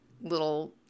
little